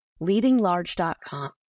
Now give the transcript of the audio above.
leadinglarge.com